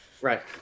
Right